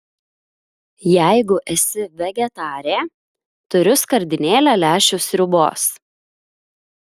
jeigu esi vegetarė turiu skardinėlę lęšių sriubos